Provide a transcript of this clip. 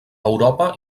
europa